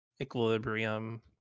Equilibrium